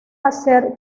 hacer